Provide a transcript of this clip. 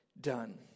done